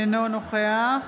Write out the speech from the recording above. אינו נוכח